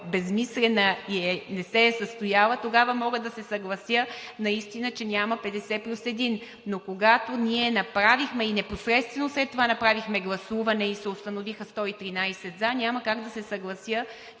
безсмислена и не се е състояла, тогава мога да се съглася наистина, че няма 50 плюс един, но когато ние направихме и непосредствено след това направихме гласуване и се установиха 113 за, няма как да се съглася,